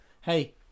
hey